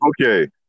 Okay